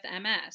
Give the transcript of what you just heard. MS